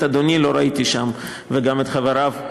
את אדוני לא ראיתי שם, וגם את חבריו,